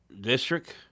district